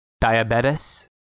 Diabetes